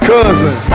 Cousin